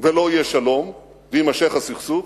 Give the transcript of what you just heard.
ולא יהיה שלום ויימשך הסכסוך.